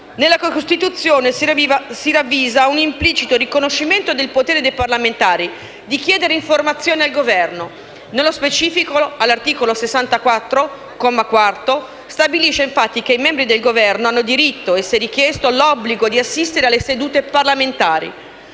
Nella Costituzione si ravvisa un implicito riconoscimento del potere dei parlamentari di chiedere informazioni al Governo. Nello specifico, l'articolo 64, comma quarto, stabilisce infatti che i membri del Governo hanno diritto e, se richiesto, l'obbligo di assistere alle sedute parlamentari.